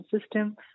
system